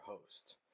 host